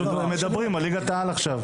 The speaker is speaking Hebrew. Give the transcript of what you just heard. מדברים על ליגת העל עכשיו.